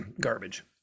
Garbage